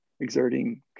exerting